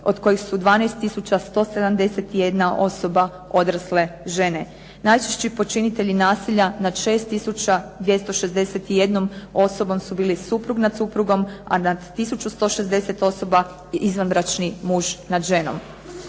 od kojih su 12 tisuća 171 osoba odrasle žene. Najčešći počinitelji nasilja nad 6 tisuća 261 osobom su bili suprug nad suprugom, a nad tisuću 160 osoba izvanbračni muž nad ženom.